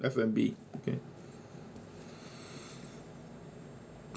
F and B